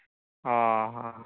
ᱚ ᱦᱚᱸ